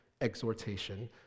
exhortation